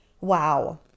Wow